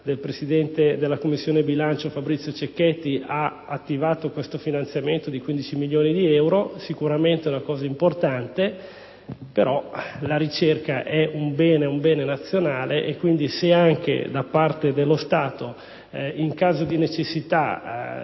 del presidente della Commissione bilancio Fabrizio Cecchetti, ha attivato un finanziamento di 15 milioni di euro (che è sicuramente una misura importante), ma è anche vero che la ricerca è un bene nazionale. Quindi, se anche da parte dello Stato, in caso di necessità,